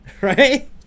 Right